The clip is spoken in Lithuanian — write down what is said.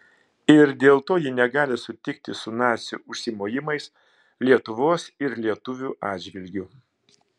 ir dėl to ji negali sutikti su nacių užsimojimais lietuvos ir lietuvių atžvilgiu